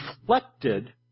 reflected